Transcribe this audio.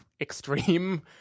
extreme